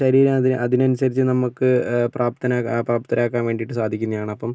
ശരീരം അതിന് അതിനനുസരിച്ച് നമുക്ക് പ്രാപ്തനാകാൻ പ്രാപ്തരാക്കാൻ വേണ്ടിയിട്ട് സാധിക്കുന്നതാണ് അപ്പം